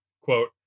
Quote